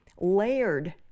layered